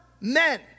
men